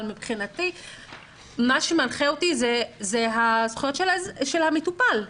אבל מבחינתי מה שמנחה אותי זה זכויות המטופל,